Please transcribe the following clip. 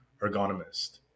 ergonomist